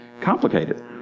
complicated